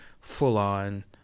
full-on